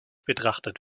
betrachtet